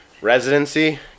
residency